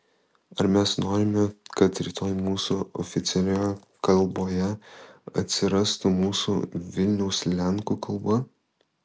ar mes norime kad rytoj mūsų oficialioje kalboje atsirastų mūsų vilniaus lenkų kalba